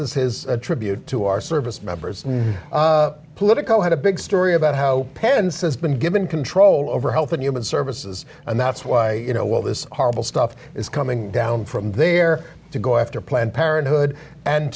is his tribute to our service members politico had a big story about how pence's been given control over health and human services and that's why you know what this horrible stuff is coming down from there to go after planned parenthood and